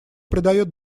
придает